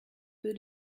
peu